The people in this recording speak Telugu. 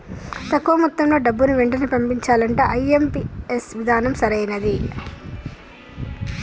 తక్కువ మొత్తంలో డబ్బుని వెంటనే పంపించాలంటే ఐ.ఎం.పీ.ఎస్ విధానం సరైనది